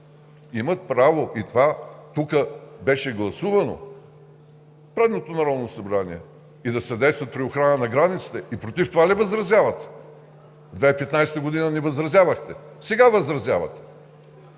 Имат право! Това тук беше гласувано в предното Народно събрание – да съдействат при охрана на границите. И против това ли възразявате?! През 2015 г. не възразявахте, сега възразявате.